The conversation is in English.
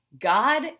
God